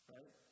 Right